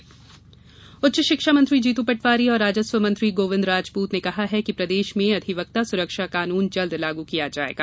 मंत्री अपील उच्च शिक्षा मंत्री जीतू पटवारी और राजस्व मंत्री गोविन्द राजपूत ने कहा है कि प्रदेश में अधिवक्ता सुरक्षा कानून जल्द लागू किया जाएगा